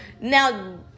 Now